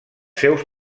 seus